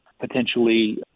potentially